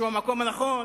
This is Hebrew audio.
שהוא המקום הנכון,